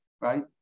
Right